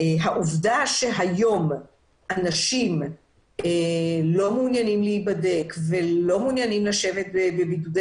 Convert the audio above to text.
העובדה שהיום אנשים לא מעוניינים להיבדק או לשבת בבידוד,